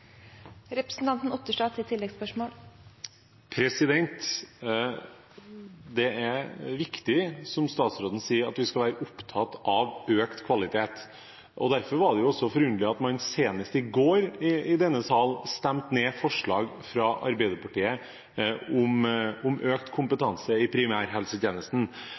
Det er viktig, som statsråden sier, at vi skal være opptatt av økt kvalitet. Derfor var det forunderlig at man senest i går i denne salen stemte ned forslag fra Arbeiderpartiet om økt kompetanse i primærhelsetjenesten,